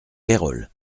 pérols